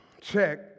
check